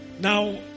Now